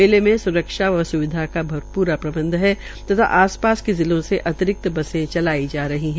मेले में सुरक्षा व सुविधा का प्रा प्रबंध है तथा आसपास के जिलो के अतिरिक्त बसें चलाई जा रही है